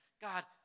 God